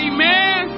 Amen